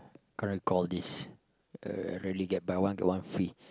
what can I call this uh really get buy one get one free